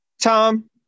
tom